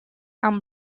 and